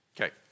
Okay